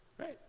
Right